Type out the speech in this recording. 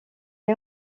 met